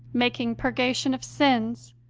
making purgation of sins,